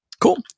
cool